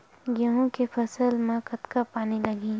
गेहूं के फसल म कतका पानी लगही?